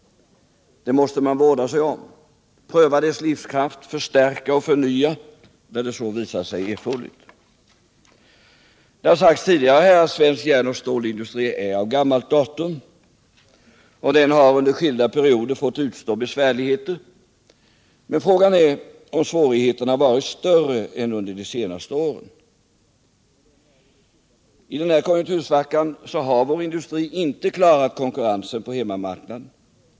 Man måste pröva industrins livskraft, förstärka och förnya där så visar sig erforderligt. Det har sagts tidigare att svensk järnoch stålindustri är av gammalt datum. Den har under skilda perioder fått utstå besvärligheter. Men frågan är om svårigheterna varit större än under de senaste åren. I den nuvarande konjunktursvackan har vår industri inte klarat konkurrensen på hemma marknaden.